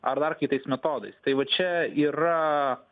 ar dar kitais metodais tai va čia yra